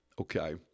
okay